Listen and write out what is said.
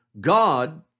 God